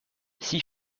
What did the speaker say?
six